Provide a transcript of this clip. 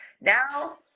Now